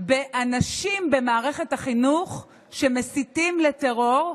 באנשים במערכת החינוך שמסיתים לטרור,